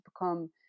become